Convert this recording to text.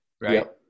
right